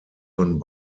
von